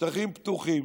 שטחים פתוחים,